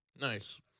nice